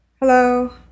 Hello